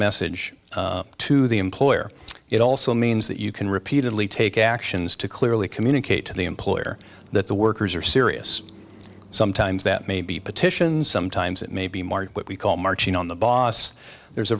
message to the employer it also means that you can repeatedly take actions to clearly communicate to the employer that the workers are serious sometimes that may be petitions sometimes it may be mark what we call marching on the boss there's a